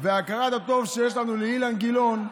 והכרת הטוב שיש לנו לאילן גילאון,